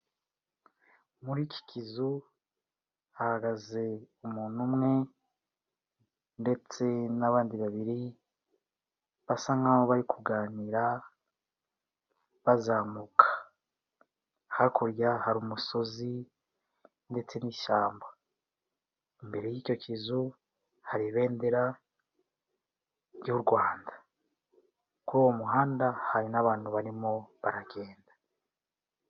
Muri iki kizu hahagaze umuntu umwe ndetse n'abandi babiri basa nk'aho bari kuganira bazamuka, hakurya hari umusozi ndetse n'ishyamba, imbere y'icyo kizu hari Ibendera ry'u Rwanda, kuri uwo muhanda hari n'abantu barimo baragenda.